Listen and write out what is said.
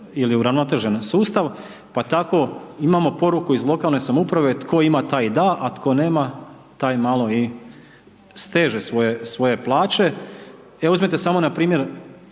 ili uravnotežen sustav pa tako imamo poruku iz lokalne samouprave tko ima taj da a tko nema taj malo i steže svoje plaće. Evo uzmite samo na primjer